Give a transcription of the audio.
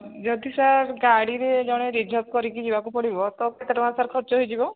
ଯଦି ସାର୍ ଗାଡ଼ିରେ ଜଣେ ରିଜର୍ଭ କରିକି ଯିବାକୁ ପଡ଼ିବ ତ କେତେ ଟଙ୍କା ସାର୍ ଖର୍ଚ୍ଚ ହେଇଯିବ